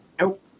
Nope